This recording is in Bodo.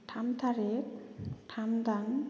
थाम थारिख थाम दान